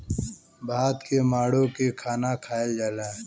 भात के माड़ो के खाना खायल जाला